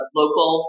local